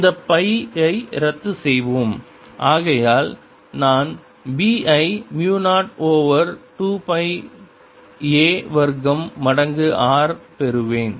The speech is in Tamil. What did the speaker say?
இந்த பை ஐ ரத்து செய்வோம் ஆகையால் நான் b ஐ மு 0 ஓவர் 2 பை a வர்க்கம் மடங்கு r பெறுவேன்